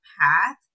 path